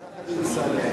הכנסת,